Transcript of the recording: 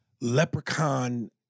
leprechaun